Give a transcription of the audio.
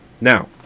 Now